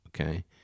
okay